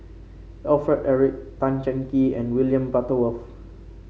Alfred Eric Tan Cheng Kee and William Butterworth